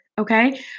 Okay